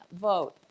vote